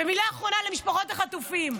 ומילה אחרונה למשפחות החטופים.